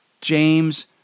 James